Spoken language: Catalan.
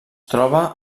troba